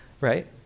right